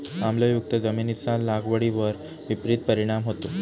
आम्लयुक्त जमिनीचा लागवडीवर विपरीत परिणाम होतो